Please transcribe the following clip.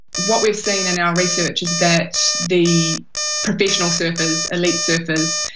what we've seen in our research is that the professional surfers, elite surfers,